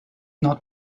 not